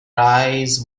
eyes